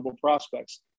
prospects